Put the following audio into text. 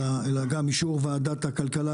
אלא גם אישור וועדת הכלכלה,